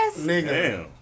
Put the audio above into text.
Nigga